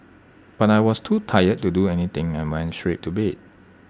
but I was too tired to do anything and went straight to bed